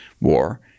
war